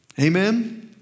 Amen